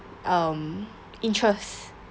um interest